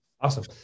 Awesome